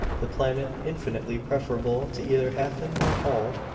the planet infinitely preferable to either hafen or holl.